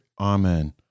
Amen